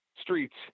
streets